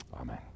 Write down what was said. Amen